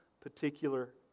particular